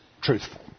truthful